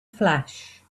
flash